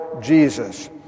Jesus